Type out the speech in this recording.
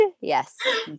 Yes